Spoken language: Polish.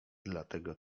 dlatego